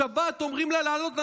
ובשבת אומרים לה לעלות לניידת.